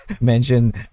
mention